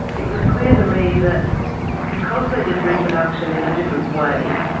it was clear to me that because they did reproduction in a different way,